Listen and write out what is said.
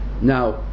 Now